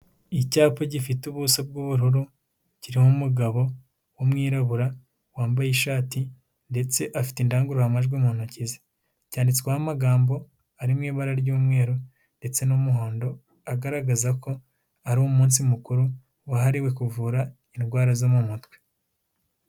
Icyapa gifite ubuso bw'ubururu, kiriho umugabo w'umwirabura, wambaye ishati ndetse afite indangururajwi mu ntoki ze; cyanditsweho amagambo ari mu ibara ry'umweru ndetse n'umuhondo, agaragaza ko ari umunsi mukuru wahariwe kuvura indwara zo mu mutwe.